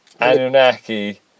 Anunnaki